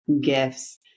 gifts